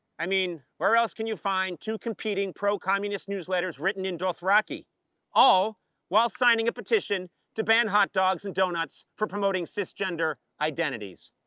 i mean, where else can you find two competing pro-communist newsletters written in dothraki all while signing a petition to ban hotdogs and donuts for promoting cisgender identities.